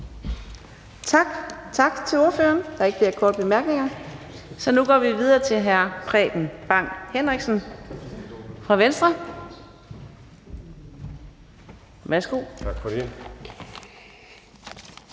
Tak til ordføreren. Der er ikke flere korte bemærkninger, så nu går vi videre til hr. Preben Bang Henriksen fra Venstre. Værsgo.